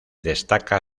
destaca